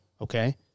okay